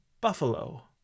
Buffalo